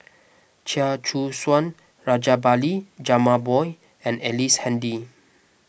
Chia Choo Suan Rajabali Jumabhoy and Ellice Handy